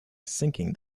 sinking